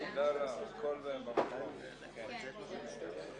לא --- מכאן אנחנו צריכים לעצור את זה.